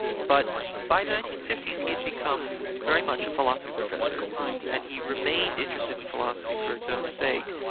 but by the nineteen fifty s he had become very much a philosophy professor and he remained interested in philosophy for its own sake,